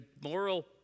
moral